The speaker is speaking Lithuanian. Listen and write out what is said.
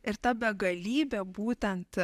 ir ta begalybė būtent